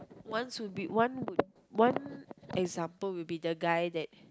once would be one would one example would be the guy that